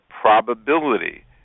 probability